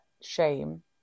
shame